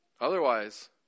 Otherwise